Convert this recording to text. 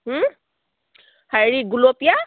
হেৰি গুলপীয়া